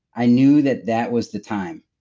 i knew that that was the time.